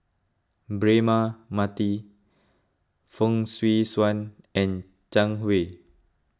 Braema Mathi Fong Swee Suan and Zhang Hui